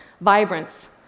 vibrance